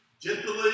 gently